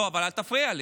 לא, אבל אל תפריע לי.